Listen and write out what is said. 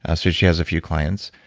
ah so she has a few clients.